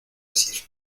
decir